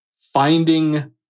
finding